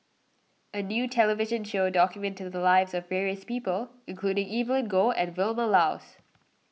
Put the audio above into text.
a new television show documented the lives of various people including Evelyn Goh and Vilma Laus